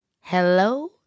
Hello